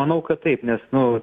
manau kad taip nes nu